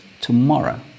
tomorrow